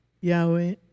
Yahweh